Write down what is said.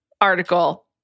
article